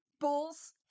bulls